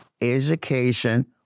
education